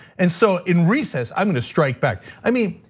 and so in recess, i'm gonna strike back. i mean,